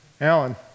Alan